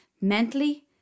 mentally